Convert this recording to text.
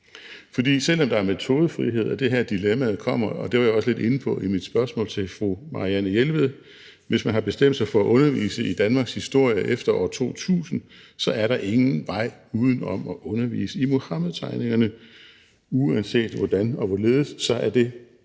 For selv om der er metodefrihed – det er her, dilemmaet kommer, og det var jeg også lidt inde på i mit spørgsmål til fru Marianne Jelved – og man har bestemt sig for at undervise i Danmarks historie efter år 2000, er der ingen vej uden om at undervise i Muhammedtegningerne, for uanset hvordan og hvorledes er det